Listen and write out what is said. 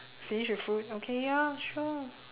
finish with food okay ya sure